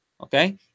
Okay